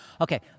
Okay